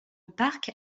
parc